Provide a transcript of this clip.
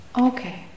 Okay